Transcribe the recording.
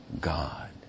God